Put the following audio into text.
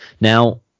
Now